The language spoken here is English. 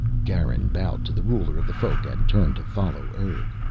garin bowed to the ruler of the folk and turned to follow urg.